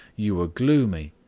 you were gloomy,